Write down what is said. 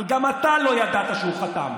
אבל גם אתה לא ידעת שהוא חתם,